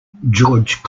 george